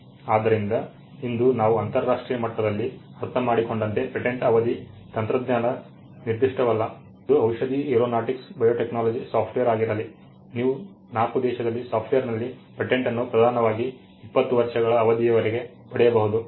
ಆದ್ದರಿಂದ ಇಂದು ನಾವು ಅಂತರಾಷ್ಟ್ರೀಯ ಮಟ್ಟದಲ್ಲಿ ಅರ್ಥಮಾಡಿಕೊಂಡಂತೆ ಪೇಟೆಂಟ್ ಅವಧಿ ತಂತ್ರಜ್ಞಾನ ನಿರ್ದಿಷ್ಟವಲ್ಲ ಅದು ಔಷಧೀ ಏರೋನಾಟಿಕ್ಸ್ ಬಯೋಟೆಕ್ನಾಲಜಿ ಸಾಫ್ಟ್ವೇರ್ ಆಗಿರಲಿ ನೀವು 4 ದೇಶದಲ್ಲಿ ಸಾಫ್ಟ್ವೇರ್ನಲ್ಲಿ ಪೇಟೆಂಟನ್ನು ಪ್ರಧಾನವಾಗಿ 20 ವರ್ಷಗಳ ಅವಧಿಯವರಿಗೆ ಪಡೆಯಬಹುದು